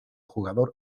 jugador